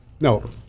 No